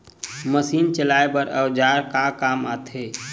Machine चलाए बर औजार का काम आथे?